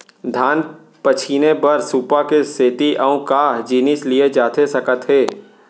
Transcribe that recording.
धान पछिने बर सुपा के सेती अऊ का जिनिस लिए जाथे सकत हे?